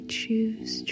choose